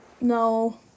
No